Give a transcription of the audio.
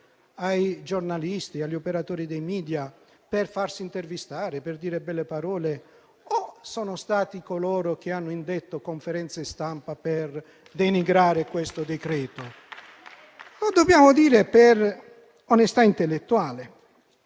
ai giornalisti e agli operatori dei *media*, per farsi intervistare, per dire belle parole, o sono stati coloro che hanno indetto conferenze stampa per denigrare questo decreto-legge? Lo dobbiamo dire per onestà intellettuale.